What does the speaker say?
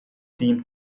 team